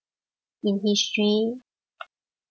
in history